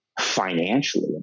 financially